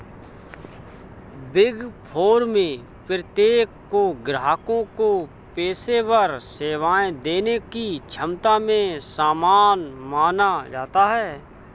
big four में प्रत्येक को ग्राहकों को पेशेवर सेवाएं देने की क्षमता में समान माना जाता है